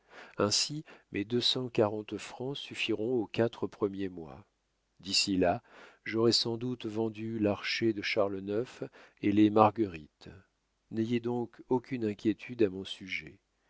ainsi mes deux cent quarante francs suffiront aux quatre premiers mois d'ici là j'aurai sans doute vendu l'archer de charles ix et les marguerites n'ayez donc aucune inquiétude à mon sujet